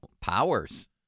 Powers